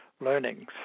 learnings